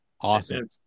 Awesome